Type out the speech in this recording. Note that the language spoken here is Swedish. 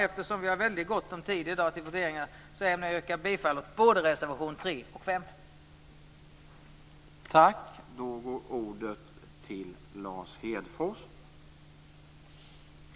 Eftersom vi har väldigt gott om tid till voteringar i dag ämnar jag yrka bifall till både reservation 3 och reservation 5.